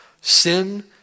sin